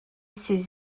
ces